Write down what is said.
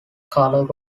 color